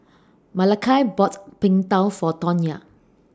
Malakai bought Png Tao For Tonya